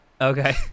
Okay